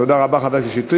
תודה רבה, חבר הכנסת שטרית.